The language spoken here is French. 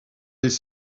des